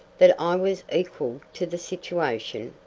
that i was equal to the situation.